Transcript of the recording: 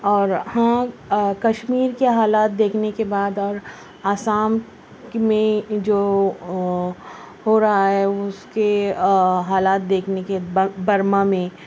اور ہاں کشمیر کے حالات دیکھنے کے بعد اور آسام میں جو ہو رہا ہے اس کے حالات دیکھنے کے برما میں